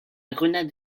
grenade